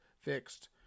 fixed